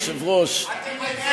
אדוני היושב-ראש,